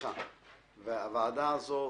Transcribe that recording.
והוועדה הזו,